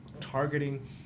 targeting